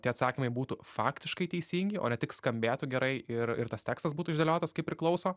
tie atsakymai būtų faktiškai teisingi o ne tik skambėtų gerai ir ir tas tekstas būtų išdėliotas kaip priklauso